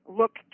look